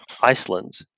Iceland